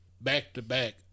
back-to-back